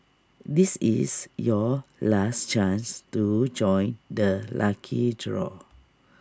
this is your last chance to join the lucky draw